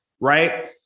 right